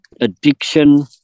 addiction